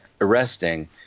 arresting